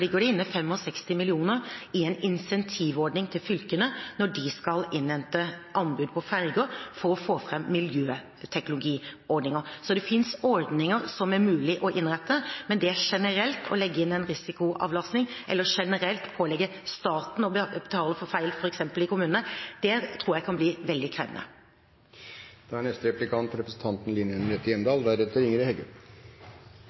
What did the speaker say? ligger det inne 65 mill. kr i en incentivordning til fylkene når de skal innhente anbud på ferger, for å få fram miljøteknologiordninger. Så det fins ordninger som det er mulig å innrette, men det generelt å legge inn en risikoavlastning eller generelt pålegge staten å betale for feil f.eks. i kommunene, tror jeg kan bli veldig krevende. Det er